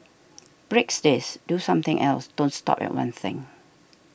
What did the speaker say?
breaks this do something else don't stop at one thing